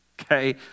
okay